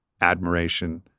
admiration